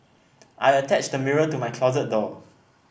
I attached a mirror to my closet door